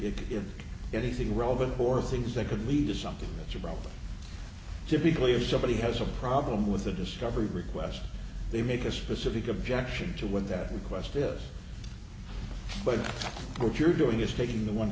if anything relevant or things that could lead to something that's a problem typically if somebody has a problem with the discovery requests they make a specific objection to with that request yes but what you're doing is taking the one